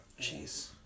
Jeez